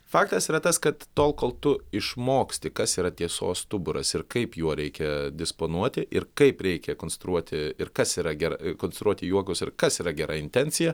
faktas yra tas kad tol kol tu išmoksti kas yra tiesos stuburas ir kaip juo reikia disponuoti ir kaip reikia konstruoti ir kas yra ger konstruoti juokus ir kas yra gera intencija